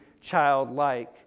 childlike